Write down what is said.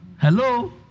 Hello